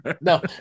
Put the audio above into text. No